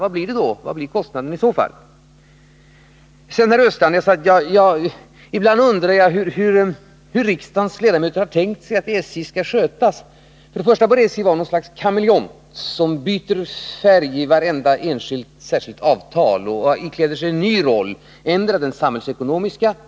Ibland undrar jag, Olle Östrand, hur riksdagens ledamöter har tänkt sig att SJ skall skötas. Först och främst får SJ vara något slags kameleont, som byter färg i varje särskilt avtal och ikläder sig en ny roll. Ibland får SJ den samhällsekonomiska rollen.